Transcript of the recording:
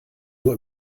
nur